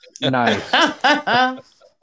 nice